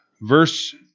Verse